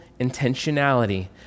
intentionality